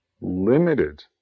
limited